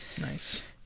Nice